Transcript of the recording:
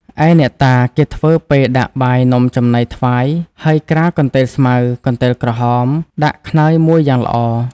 ឯអ្នកតា គេធ្វើពែដាក់បាយនំចំណីថ្វាយ ហើយក្រាលកន្ទេលស្មៅ កន្ទេលក្រហម ដាក់ខ្នើយមួយយ៉ាងល្អ